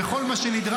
ואת כל מה שנדרש,